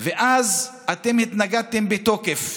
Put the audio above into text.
ואז אתם התנגדתם בתוקף.